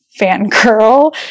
fangirl